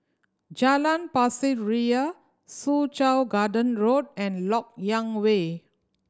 Jalan Pasir Ria Soo Chow Garden Road and Lok Yang Way